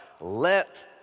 let